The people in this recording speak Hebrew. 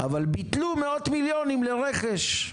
אבל ביטלו מאות מיליונים לרכש.